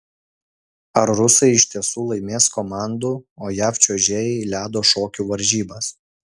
ar rusai iš tiesų laimės komandų o jav čiuožėjai ledo šokių varžybas